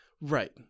Right